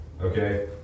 okay